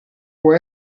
può